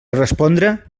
respondre